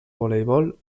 voleibol